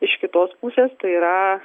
iš kitos pusės tai yra